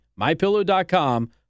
MyPillow.com